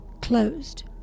closed